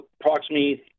approximately